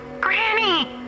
Granny